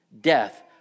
death